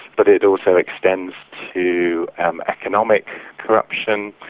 but it also extends to economic corruption,